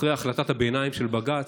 אחרי החלטת הביניים של בג"ץ,